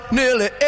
nearly